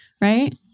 right